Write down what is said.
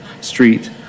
Street